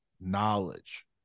knowledge